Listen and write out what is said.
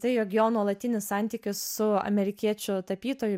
tai jog jo nuolatinis santykis su amerikiečių tapytoju